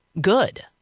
good